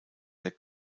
der